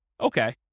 Okay